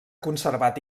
conservat